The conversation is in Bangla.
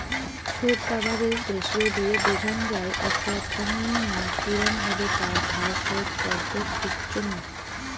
শুধ কাভারেজ রেসিও দিয়ে বোঝাং যাই আকটা থোঙনি নক কিরম ভাবে তার ধার শোধ করত পিচ্চুঙ